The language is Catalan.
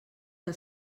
que